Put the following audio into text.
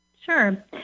Sure